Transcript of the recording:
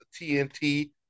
TNT